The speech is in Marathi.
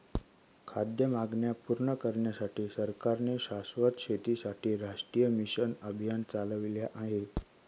खाद्य मागण्या पूर्ण करण्यासाठी सरकारने शाश्वत शेतीसाठी राष्ट्रीय मिशन अभियान चालविले आहे